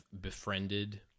befriended